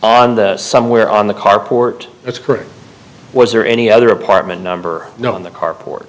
on the somewhere on the carport that's correct was there any other apartment number you know on the carport